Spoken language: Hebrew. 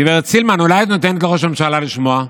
גב' סילמן, אולי את נותנת לראש הממשלה לשמוע?